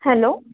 hello